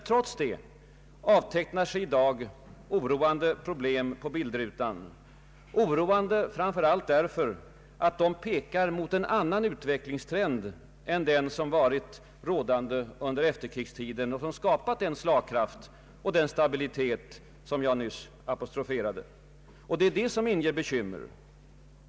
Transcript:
Trots detta avtecknar sig i dag oroande problem på bildrutan, oroande framför allt därför att de pekar mot en annan utvecklingstrend än den som har varit rådande under efterkrigstiden och som skapat den slagkraft och den stabilitet som jag nyss apostroferade. Det är detta som inger bekymmer.